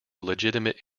legitimate